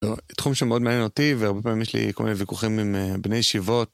תחום שמאוד מעניין אותי והרבה פעמים יש לי כל מיני ויכוחים עם בני ישיבות.